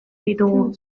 ditugu